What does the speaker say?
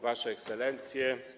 Wasze Ekscelencje!